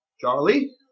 Charlie